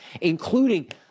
including